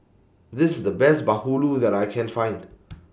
This IS The Best Bahulu that I Can Find